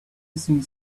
hissing